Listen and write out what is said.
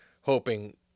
hoping